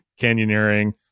canyoneering